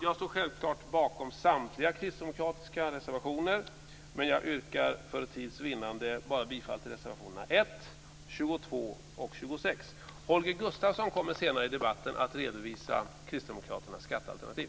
Jag står självklart bakom samtliga kristdemokratiska reservationer, men jag yrkar för tids vinnande bifall bara till reservationerna 1, 22 och Holger Gustafsson kommer senare i debatten att redovisa Kristdemokraternas skattealternativ.